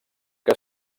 que